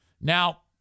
Now